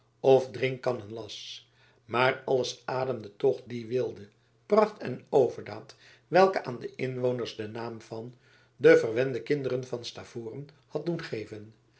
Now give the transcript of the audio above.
drinkkannen las maar alles ademde toch die weelde pracht en overdaad welke aan de inwoners den naam van de verwende kinderen van stavoren had doen geven